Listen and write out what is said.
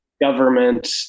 government